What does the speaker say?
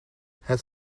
het